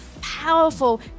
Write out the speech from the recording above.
powerful